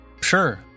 sure